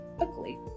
ugly